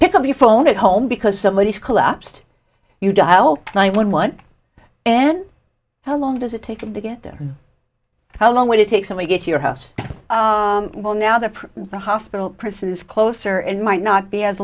pick up your phone at home because somebody has collapsed you dial nine one one and how long does it take to get there how long would it take so we get your house well now that the hospital presses closer and might not be as